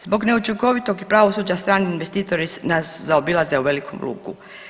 Zbog neučinkovitog pravosuđa strani investitori nas zaobilaze u velikom luku.